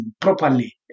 properly